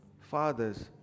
Fathers